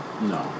No